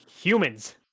humans